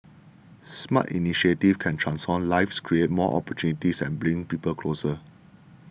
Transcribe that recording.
smart initiatives can transform lives create more opportunities and bring people closer